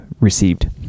received